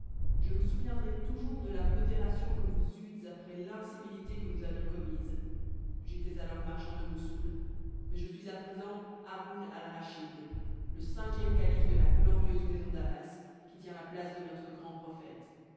je me souviendrai toujours de la modération que vous eûtes après l'incivilité que nous avions commise j'étais alors marchand de moussoul mais je suis à présent haroun alraschid le cinquième calife de la glorieuse maison d'abbas qui tient la place de notre grand prophète